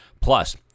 plus